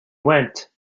went